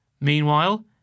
Meanwhile